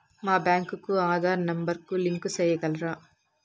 మా బ్యాంకు కు ఆధార్ నెంబర్ కు లింకు సేయగలరా?